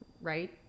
right